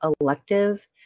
elective